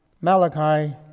Malachi